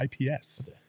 IPS